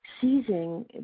seizing